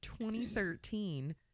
2013